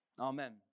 Amen